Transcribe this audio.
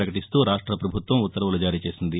ప్రపకటిస్తూ రాష్ట ప్రభుత్వం ఉత్వర్వులు జారీచేసింది